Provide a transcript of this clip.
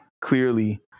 clearly